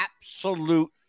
absolute